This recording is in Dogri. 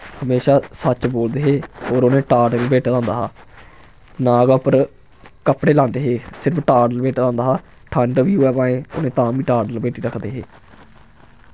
हमेशां सच्च बोलदे हे होर उ'नें टाट लपेटे दा होंदा हा ना गै उप्पर कपड़े लांदे हे सिर्फ टाट लपेटे दा होंदा हा ठंड बी होऐ भाएं उ'नें तां बी टाट लपेटी रखदे हे